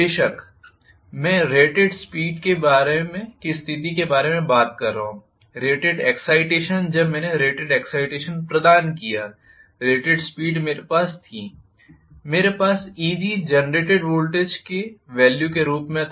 बेशक मैं rated speed की स्थिति के बारे में बात कर रहा हूं रेटेड एक्साइटेशन जब मैंने रेटेड एक्साइटेशन प्रदान किया और रेटेड स्पीड मेरे पास थी मेरे पास Eg जेनरेटेड वोल्टेज के वॅल्यू के रूप में था